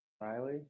Riley